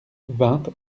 vingt